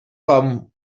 com